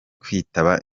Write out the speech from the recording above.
kwitaba